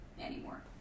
anymore